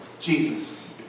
Jesus